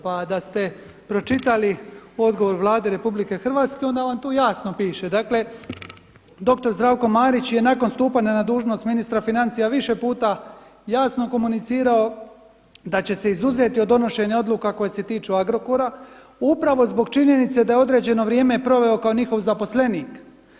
Pa da ste pročitali odgovor Vlade RH onda vam tu jasno piše, dakle doktor Zdravko Marić je nakon stupanja na dužnost ministra financija više puta jasno komunicirao da će se izuzeti od donošenja odluka koje se tiču Agrokora, upravo zbog činjenice da je određeno vrijeme proveo kao njihov zaposlenik.